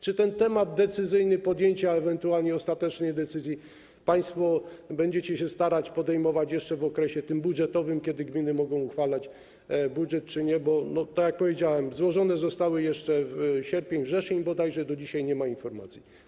Czy ten temat decyzyjny podjęcia ewentualnie ostatecznej decyzji państwo będziecie się starać podejmować jeszcze w okresie tym budżetowym, kiedy gminy mogą uchwalać budżet, czy nie, bo, tak jak powiedziałem, złożone zostały jeszcze sierpień, wrzesień bodajże, do dzisiaj nie ma informacji.